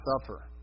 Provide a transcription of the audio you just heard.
suffer